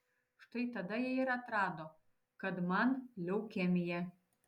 štai tada jie ir atrado kad man leukemija